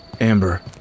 Amber